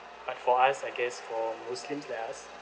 but for us I guess for muslims like us